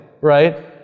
right